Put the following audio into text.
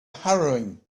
hurrying